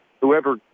whoever